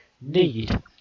need